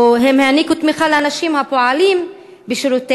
או הם העניקו תמיכה לאנשים הפועלים בשירותיה,